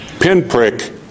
pinprick